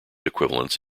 equivalence